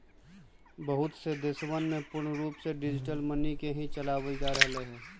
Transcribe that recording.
बहुत से देशवन में पूर्ण रूप से डिजिटल मनी के ही चलावल जा रहले है